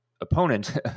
opponent